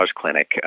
clinic